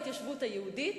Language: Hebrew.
כשמדובר בהתיישבות היהודית,